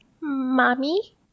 mommy